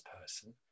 person